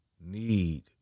need